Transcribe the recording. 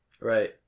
right